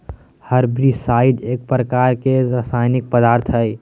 herbicide एगो प्रकार के रासायनिक पदार्थ हई